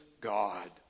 God